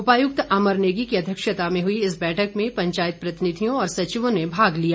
उपायुक्त अमर नेगी की अध्यक्षता में हुई इस बैठक में पंचायत प्रतिनिधियों और सचिवों ने भाग लिया